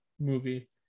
movie